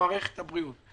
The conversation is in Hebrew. במערכת הבריאות.